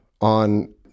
on